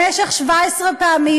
17 פעמים,